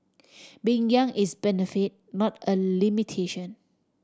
being young is benefit not a limitation